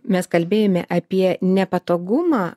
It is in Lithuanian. mes kalbėjome apie nepatogumą